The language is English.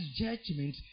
judgment